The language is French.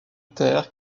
terre